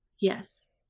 Yes